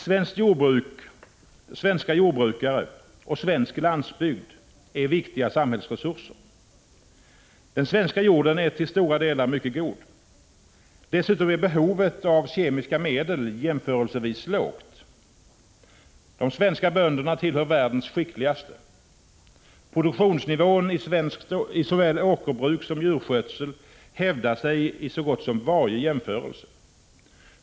Svenskt jordbruk, svenska jordbrukare och svensk landsbygd är viktiga samhällsresurser. Den svenska jorden är till stora delar mycket god. Dessutom är behovet av kemiska medel jämförelsevis litet. De svenska bönderna tillhör världens skickligaste. Produktionsnivån i såväl åkerbruk som djurskötsel hävdar sig vid så gott som varje jämförelse.